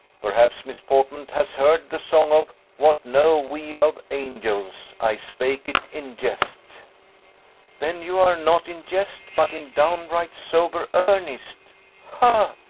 perhaps miss portman has heard the song of what know we of angels i spake it in jest then you are not in jest, but in downright sober earnest ha!